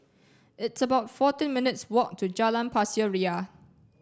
it's about fourteen minutes' walk to Jalan Pasir Ria